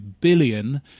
billion